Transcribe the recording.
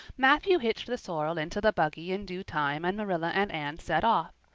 matthew hitched the sorrel into the buggy in due time and marilla and anne set off.